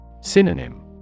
Synonym